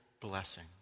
blessing